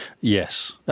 Yes